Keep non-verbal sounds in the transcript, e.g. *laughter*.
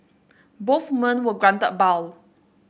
both men were granted a *unintelligible*